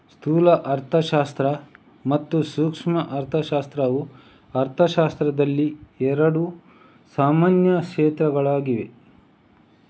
ಸ್ಥೂಲ ಅರ್ಥಶಾಸ್ತ್ರ ಮತ್ತು ಸೂಕ್ಷ್ಮ ಅರ್ಥಶಾಸ್ತ್ರವು ಅರ್ಥಶಾಸ್ತ್ರದಲ್ಲಿ ಎರಡು ಸಾಮಾನ್ಯ ಕ್ಷೇತ್ರಗಳಾಗಿವೆ